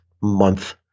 month